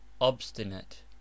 obstinate